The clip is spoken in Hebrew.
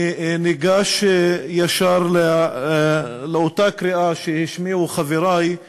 אני ניגש ישר לאותה קריאה שהשמיעו חברי על